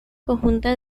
conjunta